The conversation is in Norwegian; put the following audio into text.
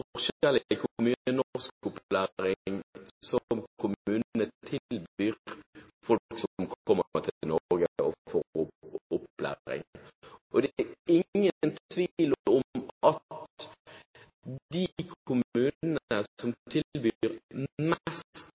hvor mye norskopplæring kommunene tilbyr folk som kommer til Norge og får opplæring. Og det er ingen tvil om at de kommunene som tilbyr mest